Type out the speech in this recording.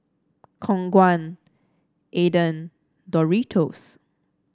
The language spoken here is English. Khong Guan Aden Doritos